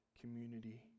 community